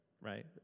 right